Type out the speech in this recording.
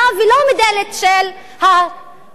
ולא מדלת של הזכויות.